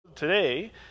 Today